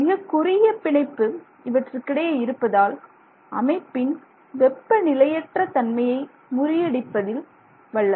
மிகக்குறுகிய பிணைப்பு இவற்றுக்கிடையே இருப்பதால் அமைப்பின் வெப்ப நிலையற்ற தன்மையை முறியடிப்பதில் வல்லது